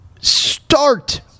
start